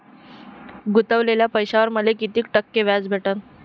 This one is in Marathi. गुतवलेल्या पैशावर मले कितीक टक्के व्याज भेटन?